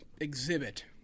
exhibit